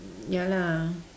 ya lah